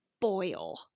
boil